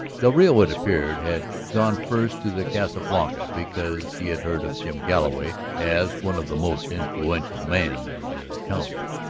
del rio, it appeared, had gone first to the casa blanca because he had heard of jim galloway as one of the most influential men of the county.